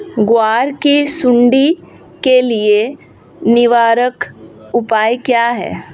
ग्वार की सुंडी के लिए निवारक उपाय क्या है?